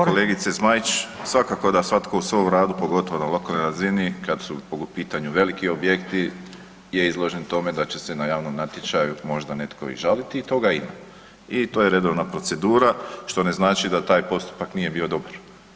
Hvala lijepo, kolegice Zmajić svakako da svatko u svom radu pogotovo na lokalnoj razni kad su u pitanju veliki objekti je izložen tome da će se na javnom natječaju možda netko i žaliti i toga ima i to je redovna procedura što ne znači da taj postupak nije bio dobar.